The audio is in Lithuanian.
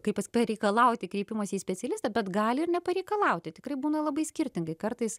kaip pas pareikalauti kreipimosi į specialistą bet gali ir nepareikalauti tikrai būna labai skirtingai kartais